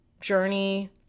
journey